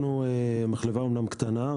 אנחנו מחלבה קטנה,